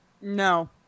No